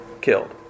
killed